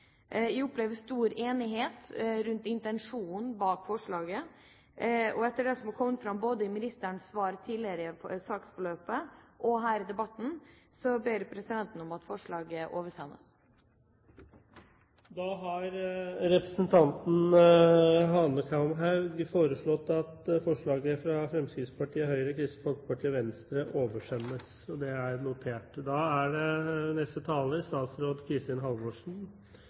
opplever stor enighet rundt intensjonen bak forslaget. På bakgrunn av det som har kommet fram, både i ministerens svar tidligere i saksforløpet og her i debatten, ber jeg presidenten om at forslaget oversendes. Da har representanten Hanekamhaug foreslått at forslaget fra Fremskrittspartiet, Høyre, Kristelig Folkeparti og Venstre oversendes regjeringen uten realitetsvotering. Jeg er glad for at det